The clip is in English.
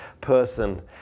person